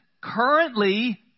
currently